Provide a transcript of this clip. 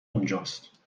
اونجاست